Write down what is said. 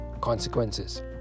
consequences